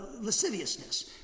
lasciviousness